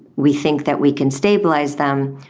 we think that we can stabilise them,